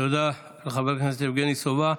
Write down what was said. תודה, חבר הכנסת יבגני סובה.